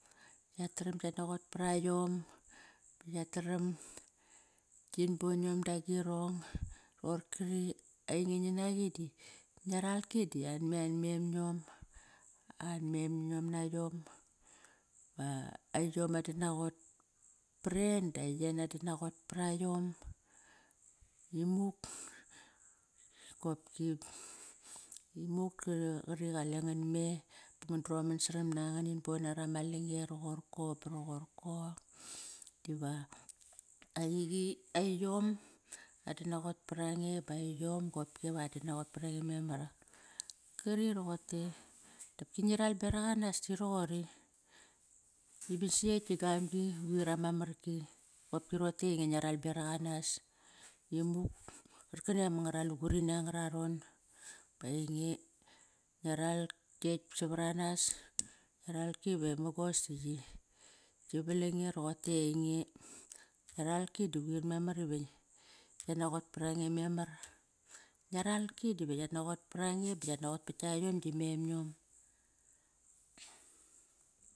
Yataram yat naqot para yom. Yataram gin bonion dagirong ror kari i ainge ngi naqi di ngia ralki di an me an memiom na iom, ba aiom ananaqot pa rer da aien ana nanqot para iom imuk kopki qari qalengan me ngan droman saram na nganit bona rama langirong roqorko ba roqori. Diva aiqi, ai yom adanaqot parange ba ai yom kopki va adan naqot paraqi memar. Kari roqote qop ngi ral beraq anas di roqori, ngi ban si ekt gi gamgi, qoir ama marki qopki rote i ngia ral beraq anas, imuk pat karkani ama ngara lugurini angararon. Ba ainge ngia ral kekt savar anas, ngia ralki ve mugos diqi valange roqotei nge ngia ralki da quir memar ive ngiat naqot parange mamar. Ngia ralki dive yat naqot parange ba yat naqot pat ktia yom gi memiom.